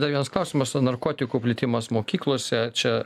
dar vienas klausimas narkotikų plitimas mokyklose čia